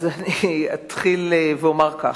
אז אני אתחיל ואומר כך: